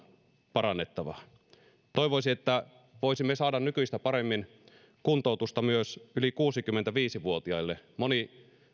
parannettavaa toivoisi että voisimme saada nykyistä paremmin kuntoutusta myös yli kuusikymmentäviisi vuotiaille moni